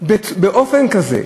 באופן כזה.